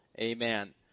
Amen